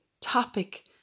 topic